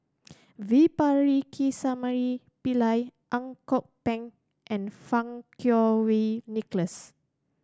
V Pakirisamy Pillai Ang Kok Peng and Fang Kuo Wei Nicholas